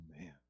man